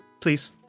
Please